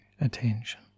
attention